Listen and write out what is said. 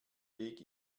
weg